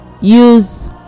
use